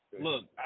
Look